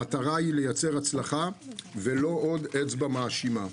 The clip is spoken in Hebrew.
המטרה היא לייצר הצלחה ולא עוד אצבע מאשימה.